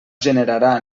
generarà